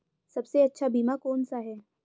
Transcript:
सबसे अच्छा बीमा कौन सा है?